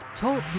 Talk